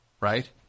Right